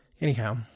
anyhow